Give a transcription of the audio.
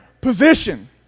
position